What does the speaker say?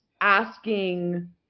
asking